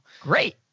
Great